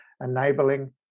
enabling